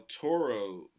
Toro